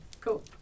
Cool